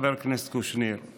חבר הכנסת קושניר,